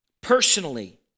personally